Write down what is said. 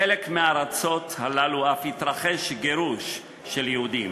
בחלק מהארצות הללו אף התרחש גירוש של יהודים.